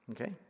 Okay